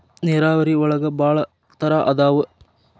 ನೇರಾವರಿ ಒಳಗ ಭಾಳ ತರಾ ಅದಾವ